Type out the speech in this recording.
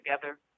together